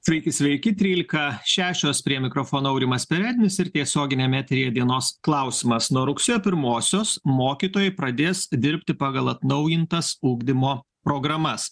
sveiki sveiki trylika šešios prie mikrofono aurimas perednis ir tiesioginiame eteryje dienos klausimas nuo rugsėjo pirmosios mokytojai pradės dirbti pagal atnaujintas ugdymo programas